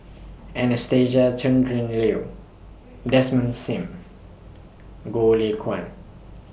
Anastasia Tjendri Liew Desmond SIM Goh Lay Kuan